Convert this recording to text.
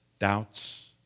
doubts